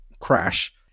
crash